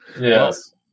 Yes